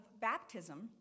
baptism